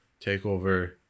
takeover